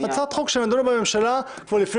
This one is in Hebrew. זו הצעת חוק שנידונה בממשלה כבר לפני